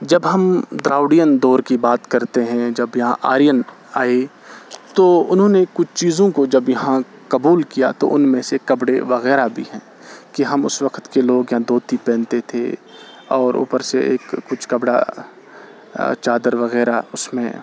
جب ہم دراوڑین دور کی بات کرتے ہیں جب یہاں آرین آئے تو انہوں نے کچھ چیزوں کو جب یہاں قبول کیا تو ان میں سے کپڑے وغیرہ بھی ہیں کہ ہم اس وقت کے لوگ یا دھوتی پہنتے تھے اور اوپر سے کچھ کپڑا چادر وغیرہ اس میں